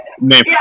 name